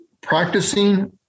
practicing